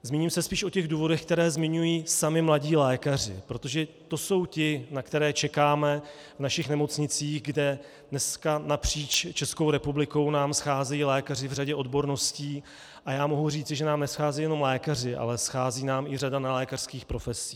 Zmíním se spíš o důvodech, které zmiňují sami mladí lékaři, protože to jsou ti, na které čekáme v našich nemocnicích, kde dneska napříč Českou republikou nám scházejí lékaři v řadě odborností, a mohu říci, že nám nescházejí jenom lékaři, ale schází nám i řada nelékařských profesí.